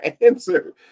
answer